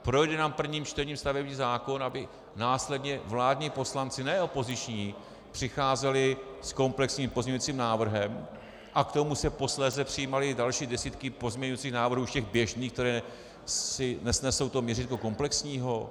Projde nám v prvním čtení stavební zákon, aby následně vládní poslanci, ne opoziční, přicházeli s komplexním pozměňovacím návrhem a k tomu se posléze přijímaly další desítky pozměňovacích návrhů všech běžných, které asi nesnesou to měřítko komplexního?